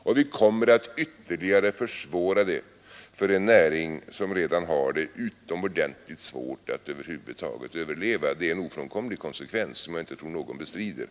Och vi kommer att ytterligare försvåra det för en näring som redan har utomordentligt svårt att överleva. Det är en ofrånkomlig konsekvens, som jag inte tror att någon bestrider.